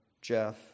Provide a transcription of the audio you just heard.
Jeff